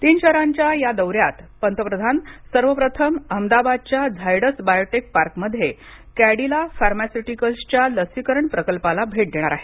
तीन शहरांच्या या दौऱ्यात पंतप्रधान सर्वप्रथम अहमदाबादच्या झायडस बायोटेक पार्कमध्ये कॅडीला फार्मास्युटिकल्स्च्या लसीकरण प्रकल्पाला भेट देणार आहेत